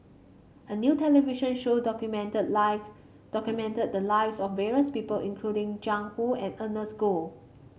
a new television show documented life documented the lives of various people including Jiang Hu and Ernest Goh